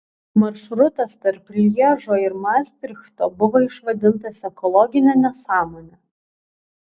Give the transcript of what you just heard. maršrutas tarp lježo ir mastrichto buvo išvadintas ekologine nesąmone